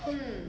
hmm